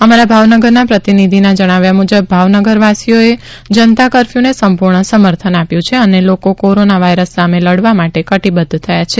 અમારા ભાવનગરના પ્રતિનિધિના જણાવ્યા મુજબ ભાવનગરવાસીઓએ જનતા કર્ફર્યુંને સંપૂર્ણ સમર્થન આપ્યું છે અને લોકો કોરોના વાયરસ સામે લડવા માટે કટીબધ્ધ થયા છે